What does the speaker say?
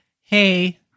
hey